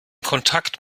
kontakt